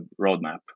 roadmap